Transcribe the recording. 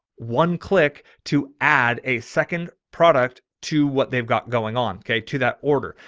one click to add a second product to what they've got going on. okay. to that order,